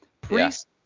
Priest